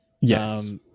Yes